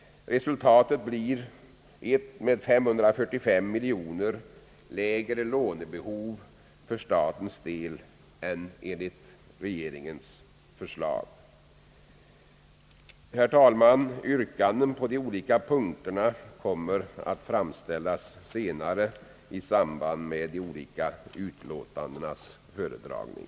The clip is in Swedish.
Resultatet blir ett 545 miljoner kronor lägre lånebehov för statens del än enligt regeringens förslag. Herr talman! Yrkanden på de olika punkterna kommer att framställas senare i samband med de olika utlåtandenas föredragning.